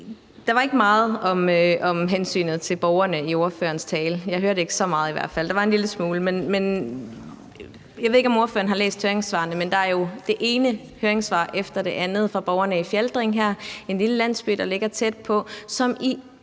Der var ikke meget om hensynet til borgerne i ordførerens tale – jeg hørte ikke så meget i hvert fald; der var en lille smule. Jeg ved ikke, om ordføreren har læst høringssvarene, men der er jo det ene høringssvar efter det andet fra borgerne i Fjaltring her, en lille landsby, der ligger tæt på,